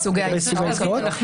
צריך להבין,